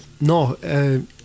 No